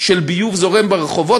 של ביוב זורם ברחובות,